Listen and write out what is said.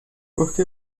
porque